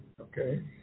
okay